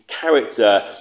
character